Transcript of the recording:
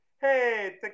hey